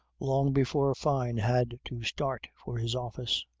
long before fyne had to start for his office,